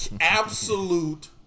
Absolute